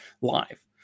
live